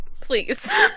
Please